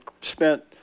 spent